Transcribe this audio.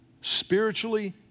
spiritually